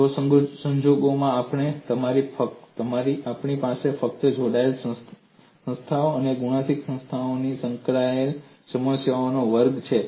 તે સંજોગોમાં પણ આપણી પાસે ફક્ત જોડાયેલ સંસ્થાઓ અને ગુણાંકિત સંસ્થાઓને સંકળાયેલી સમસ્યાઓનો વર્ગ અલગ છે